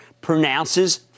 pronounces